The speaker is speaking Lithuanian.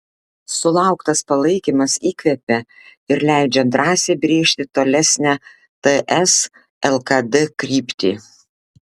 sulauktas palaikymas įkvepia ir leidžia drąsiai brėžti tolesnę ts lkd kryptį